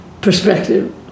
perspective